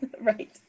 Right